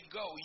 go